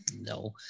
No